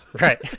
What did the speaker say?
Right